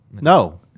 No